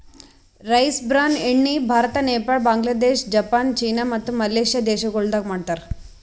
rice bran ಎಣ್ಣಿ Bharat, Nepal, Bangladesh, Japan, ಚೀನಾ ಮತ್ತ ಮಲೇಷ್ಯಾ ದೇಶಗೊಳ್ದಾಗ್ ಮಾಡ್ತಾರ್